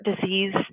disease